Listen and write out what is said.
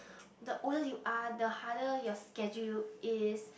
the older you are the harder your schedule is